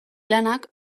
lanak